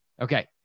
Okay